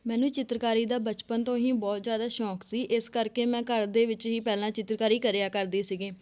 ਮੈਨੂੰ ਚਿੱਤਰਕਾਰੀ ਦਾ ਬਚਪਨ ਤੋਂ ਹੀ ਬਹੁਤ ਜ਼ਿਆਦਾ ਸ਼ੌਕ ਸੀ ਇਸ ਕਰਕੇ ਮੈਂ ਘਰ ਦੇ ਵਿੱਚ ਹੀ ਪਹਿਲਾਂ ਚਿੱਤਰਕਾਰੀ ਕਰਿਆ ਕਰਦੀ ਸੀਗੀ